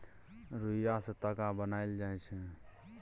रुइया सँ ताग बनाएल जाइ छै